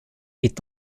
est